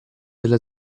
della